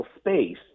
space